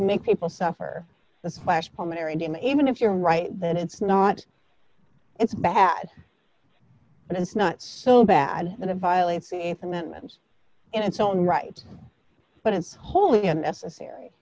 make people suffer the flash pulmonary edema even if you're right that it's not it's bad but it's not so bad and it violates the th amendment in its own right but it's wholly unnecessary